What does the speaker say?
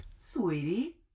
Sweetie